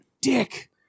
dick